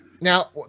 Now